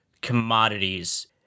commodities